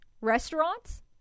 restaurants